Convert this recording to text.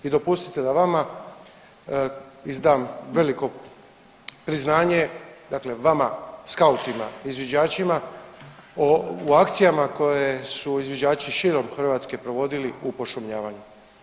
I dopustite da vama izdam veliko priznanje, dakle vama skautima izviđačima u akcijama koje su izviđači širom Hrvatske provodili u pošumljavanju.